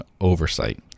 Oversight